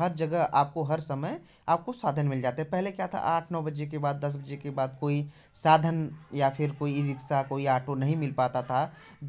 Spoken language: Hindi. हर जगह आपको हर समय आपको साधन मिल जाता है पहले क्या था आठ नौ बजे के बाद दस बजे के बाद कोई साधन या फिर कोई ईरिक्सा कोई आटो नहीं मिल पाता था